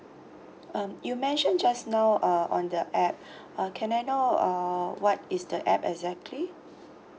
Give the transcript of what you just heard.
um you mention just now uh on the app uh can I know uh what is the app exactly